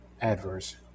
adverse